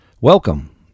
Welcome